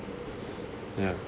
yeah